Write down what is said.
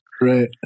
right